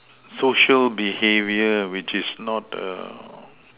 social behaviour which is not err